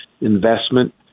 investment